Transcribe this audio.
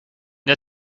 the